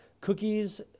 cookies